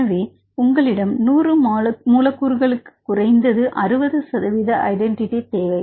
எனவே உங்களிடம் நூறு மூலக்கூறுகளுக்கு குறைந்தது 60 சதவீத ஐடென்டிட்டி தேவை